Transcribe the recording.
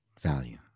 value